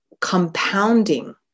compounding